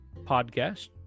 podcast